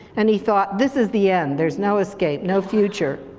and he thought, this is the end, there's no escape, no future.